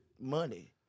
money